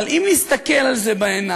אבל אם נסתכל על זה בעיניים,